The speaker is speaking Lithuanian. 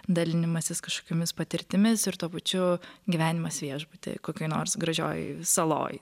dalinimasis kažkokiomis patirtimis ir tuo pačiu gyvenimas viešbuty kokioj nors gražioj saloj